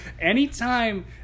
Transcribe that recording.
Anytime